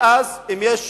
ואז, אם יש